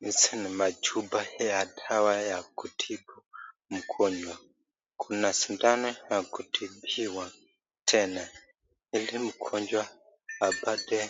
Hizi ni majupa ya dawa ya kutibu mgonjwa, kuna sindano ya kutibiwa tena ili mgonjwa apate